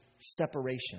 separation